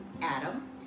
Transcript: Adam